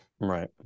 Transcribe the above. Right